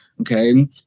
Okay